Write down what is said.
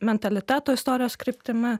mentaliteto istorijos kryptimi